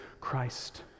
Christ